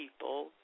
people